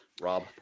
Rob